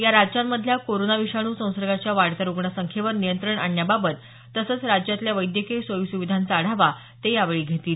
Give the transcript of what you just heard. या राज्यांमधल्या कोरोना विषाणू संसर्गाच्या वाढत्या रुग्ण संख्येवर नियंत्रण आणण्याबाबत तसंच राज्यातल्या वैद्यकीय सोयीसुविधांचा आढावा ते यावेळी घेतील